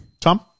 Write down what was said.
Tom